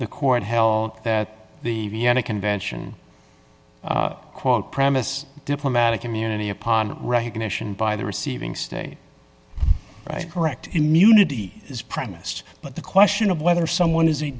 court held that the vienna convention quote premise diplomatic immunity upon recognition by the receiving state right correct immunity is premised but the question of whether someone is a